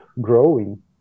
growing